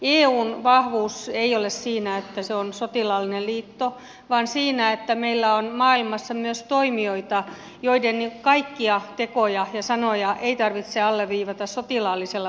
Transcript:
eun vahvuus ei ole siinä että se on sotilaallinen liitto vaan siinä että meillä on maailmassa myös toimijoita joiden kaikkia tekoja ja sanoja ei tarvitse alleviivata sotilaallisella voimalla